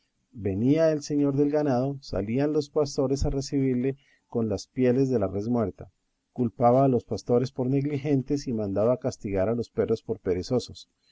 venía el señor del ganado salían los pastores a recebirle con las pieles de la res muerta culpaba a los pastores por negligentes y mandaba castigar a los perros por perezosos